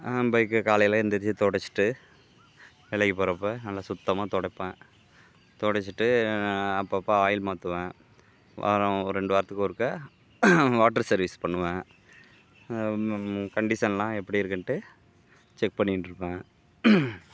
பைக்கை காலையில் எந்திரிச்சு தொடைச்சிட்டு வேலைக்கு போகிறப்ப நல்லா சுத்தமாக தொடப்பேன் தொடைச்சிட்டு அப்பப்போ ஆயில் மாத்துவேன் வாரம் ஒரு ரெண்டு வாரத்துக்கு ஒருக்க வாட்டர் சர்விஸ் பண்ணுவேன் கண்டிஷன்லாம் எப்படி இருக்குன்ட்டு செக் பண்ணிகிட்ருப்பேன்